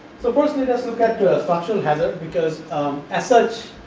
so, first let us look at structural hazard, because as such